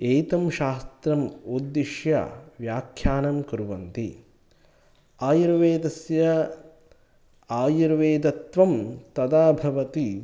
एतं शास्त्रम् उद्दिश्य व्याख्यानं कुर्वन्ति आयुर्वेदस्य आयुर्वेदत्वं तदा भवति